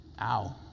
Ow